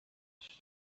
cash